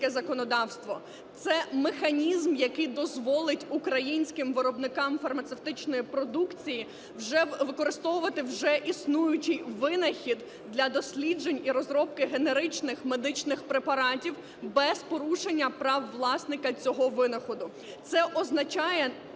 Це механізм, який дозволить українським виробникам фармацевтичної продукції використовувати вже існуючий винахід для досліджень і розробки генеричних медичних препаратів без порушення прав власника цього винаходу. Це означає,